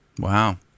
Wow